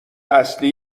اصلی